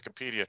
Wikipedia